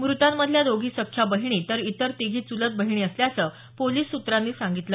मृतांमधल्या दोघी सख्ख्या बहिणी तर इतर तिघी चुलत बहिणी असल्याचं पोलीस सूत्रांनी सांगितलं